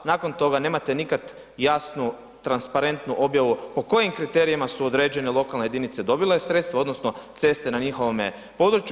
Nakon toga nemate nikad jasnu, transparentnu objavu po kojim kriterijima su određene lokalne jedinice dobile sredstva, odnosno ceste na njihovome području.